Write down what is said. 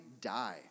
die